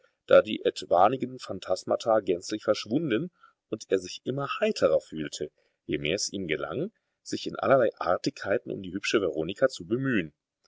da die etwanigen phantasmata gänzlich verschwunden und er sich immer heiterer fühlte je mehr es ihm gelang sich in allerlei artigkeiten um die hübsche veronika zu bemühen